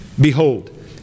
Behold